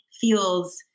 feels